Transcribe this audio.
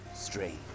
strange